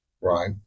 Right